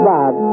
Bob